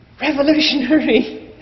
Revolutionary